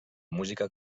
música